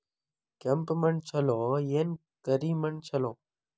ಕೆಂಪ ಮಣ್ಣ ಛಲೋ ಏನ್ ಕರಿ ಮಣ್ಣ ಛಲೋ?